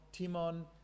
Timon